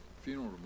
funeral